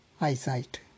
eyesight